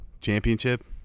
championship